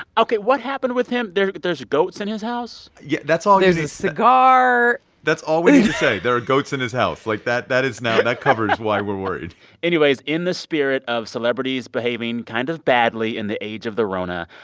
ok. what happened with him? there's goats in his house? house? yeah that's all. there's a cigar that's all we need to say. there are goats in his house. like, that that is now that covers why we're worried anyways, in the spirit of celebrities behaving kind of badly in the age of the rona,